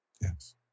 Yes